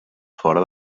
fora